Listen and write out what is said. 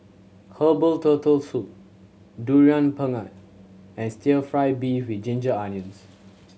herbal Turtle Soup Durian Pengat and Stir Fry beef with ginger onions